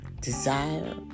Desire